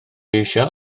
eisiau